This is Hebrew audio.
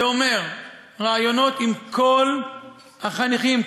זה אומר: ראיונות עם כל החניכים,